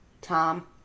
Tom